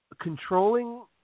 controlling